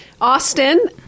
Austin